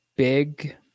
Big